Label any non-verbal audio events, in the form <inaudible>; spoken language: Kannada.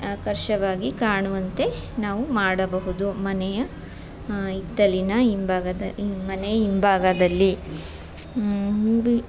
ಆಕರ್ಷವಾಗಿ ಕಾಣುವಂತೆ ನಾವು ಮಾಡಬಹುದು ಮನೆಯ ಹಿತ್ತಲಿನ ಹಿಂಬಾಗದ ಮನೆಯ ಹಿಂಬಾಗದಲ್ಲಿ <unintelligible>